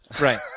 right